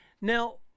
now